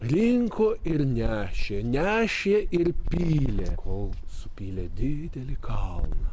rinko ir nešė nešė ir pylė kol supylė didelį kalną